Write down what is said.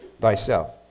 thyself